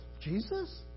Jesus